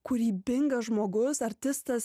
kūrybingas žmogus artistas